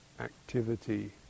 activity